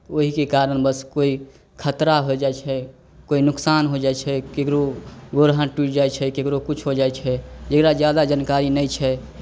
ओहिके कारण बस कोइ खतरा हो जाइ छै कोइ नोकसान हो जाइ छै ककरो गोर हाथ टूटि जाइ छै ककरो किछु हो जाइ छै जकरा ज्यादा जानकारी नहि छै